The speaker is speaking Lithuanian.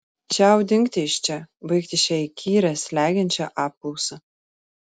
čiau dingti iš čia baigti šią įkyrią slegiančią apklausą